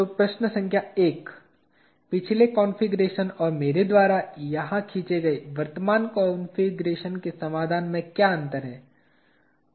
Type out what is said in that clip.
तो प्रश्न संख्या एक पिछले कॉन्फ़िगरेशन और मेरे द्वारा यहां खींचे गए वर्तमान कॉन्फ़िगरेशन के समाधान में क्या अंतर है